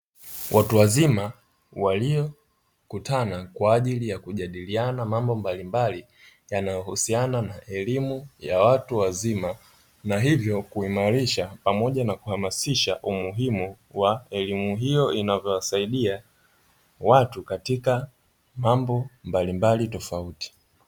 Watu wazima waliokutana kwa ajili ya kujadiliana mambo mbalimbali yanayohusiana na elimu ya watu wazima, na hivyo kuimarisha pamoja na kuhamasisha umuhimu wa elimu hiyo inavyowasaidia watu katika mambo mbalimbali tofauti.